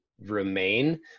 remain